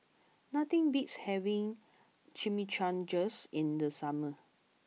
nothing beats having Chimichangas in the summer